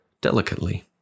delicately